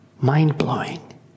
Mind-blowing